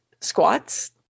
squats